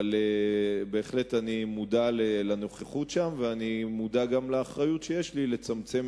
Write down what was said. אבל אני בהחלט מודע לנוכחות שלהם ואני מודע גם לאחריות שיש לי לצמצם